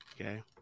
okay